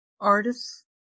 artists